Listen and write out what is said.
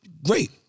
Great